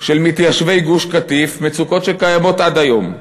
של מתיישבי גוש-קטיף, מצוקות שקיימות עד היום,